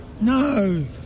No